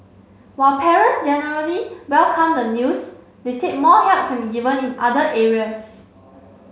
while parents generally welcomed the news they said more help can be given in other areas